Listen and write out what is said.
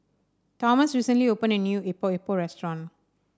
Tomas recently opened a new Epok Epok restaurant